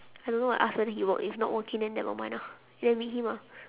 I don't know I ask whether he work if not working then never mind ah then we meet him ah